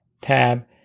tab